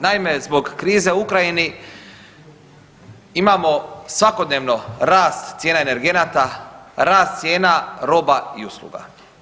Naime zbog krize u Ukrajini imamo svakodnevno rast cijena energenata, rast cijena roba i usluga.